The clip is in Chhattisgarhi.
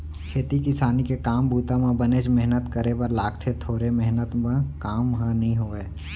खेती किसानी के काम बूता म बनेच मेहनत करे बर लागथे थोरे मेहनत म काम ह नइ होवय